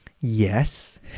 yes